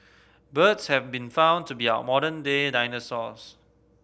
birds have been found to be our modern day dinosaurs